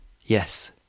Yes